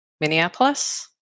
Minneapolis